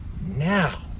now